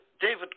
David